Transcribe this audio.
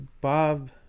Bob